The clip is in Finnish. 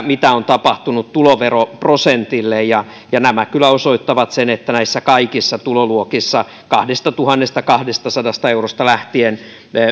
mitä on tapahtunut tuloveroprosentille ja ja nämä kyllä osoittavat sen että näissä kaikissa tuloluokissa kahdestatuhannestakahdestasadasta eurosta lähtien